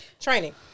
Training